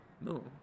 No